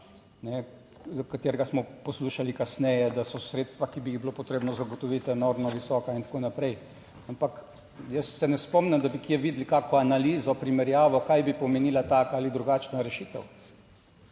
za katerega smo poslušali kasneje, da so sredstva, ki bi jih bilo potrebno zagotoviti, enormno visoka in tako naprej? Ampak jaz se ne spomnim, da bi kje videli kakšno analizo, primerjavo, kaj bi pomenila taka ali drugačna rešitev.